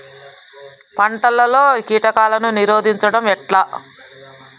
పంటలలో కీటకాలను నిరోధించడం ఎట్లా?